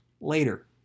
Later